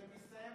זה מסתיים